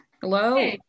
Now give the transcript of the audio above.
Hello